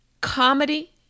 Comedy